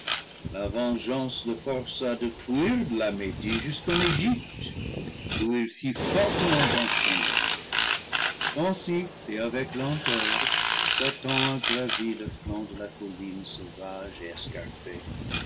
la vengeance le força de fuir de la médie jusqu'en egypte où il fut fortement enchaîné pensif et avec lenteur satan a gravi le flanc de la colline sauvage et escarpée